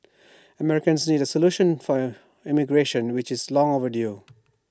Americans need A solution for immigration which is long overdue